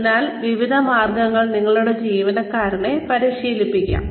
അതിനാൽ വിവിധ മാർഗങ്ങളിൽ ഞങ്ങളുടെ ജീവനക്കാരെ പരിശീലിപ്പിക്കാം